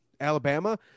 Alabama